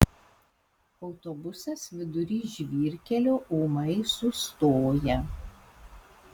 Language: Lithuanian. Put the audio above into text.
autobusas vidury žvyrkelio ūmai sustoja